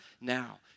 now